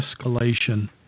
escalation